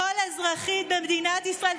כל אזרחית במדינת ישראל.